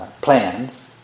plans